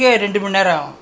nonsense